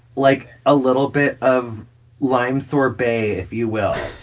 like, a little bit of lime sorbet, if you will